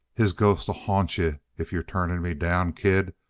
his ghost'll haunt you if you're turning me down, kid.